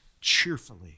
cheerfully